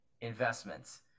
investments